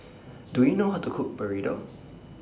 Do YOU know How to Cook Burrito